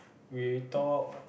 we talk